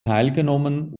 teilgenommen